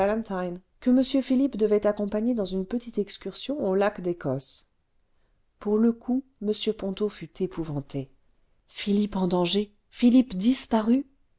que m philippe devait accompagner dans une petite excursion aux lacs d'ecosse pour le coup m ponto fut épouvanté philippe en danger philippe disparu